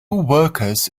workers